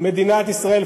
מדינת ישראל,